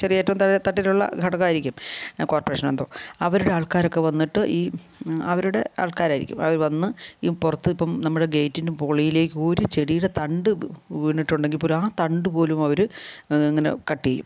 ചെറിയ ഏറ്റവും താഴെ തട്ടിലുള്ള ഘടകമായിരിക്കും കോർപ്പറേഷനെന്തോ അവരുടെ ആൾക്കാരക്കെ വന്നിട്ട് ഈ അവരുടെ ആൾക്കാരായിരിക്കും അവർ വന്ന് ഈ പുറത്തിപ്പം നമ്മുടെ ഗേറ്റിൻ്റെ വെളിയിലേക്ക് ഒരു ചെടിയുടെ തണ്ട് വീണിട്ടുണ്ടെങ്കിൽ പോലും ആ തണ്ട് പോലും അവർ ഇങ്ങനെ കട്ട് ചെയ്യും